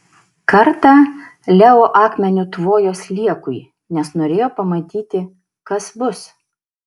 kartą leo akmeniu tvojo sliekui nes norėjo pamatyti kas bus